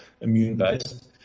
immune-based